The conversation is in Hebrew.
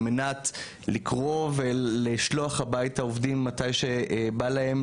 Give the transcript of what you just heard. על מנת לקרוא ולשלוח הביתה עובדים הביתה מתי שבא להם,